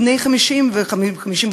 בני 50 ו-55,